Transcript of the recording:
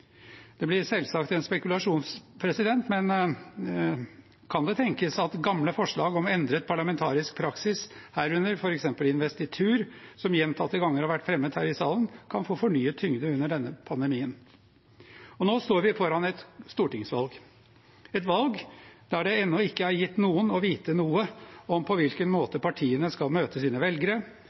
Det blir selvsagt en spekulasjon, men kan det tenkes at gamle forslag om endret parlamentarisk praksis, herunder for eksempel investitur, som gjentatte ganger har vært fremmet her i salen, kan få fornyet tyngde under denne pandemien? Og nå står vi foran et stortingsvalg, et valg der det ennå ikke er gitt noen å vite noe om på hvilken måte partiene skal møte sine velgere.